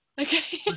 Okay